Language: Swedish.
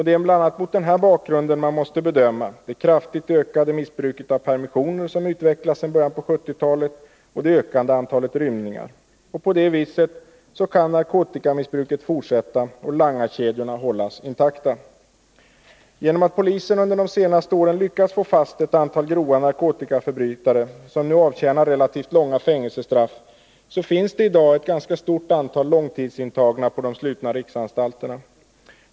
Det är bl.a. mot denna bakgrund som man måste bedöma det kraftigt ökade missbruket av permissioner som utvecklats sedan början av 1970-talet och det ökande Nr 34 antalet rymningar. På det viset kan narkotikamissbruket fortsätta och langarkedjorna hållas intakta. På grund av att polisen under de senaste åren har lyckats få fast ett antal grova narkotikaförbrytare, som nu avtjänar relativt långa fängelsestraff, finns det i dag ett ganska stort antal långtidsintagna på de slutna riksanstalterna.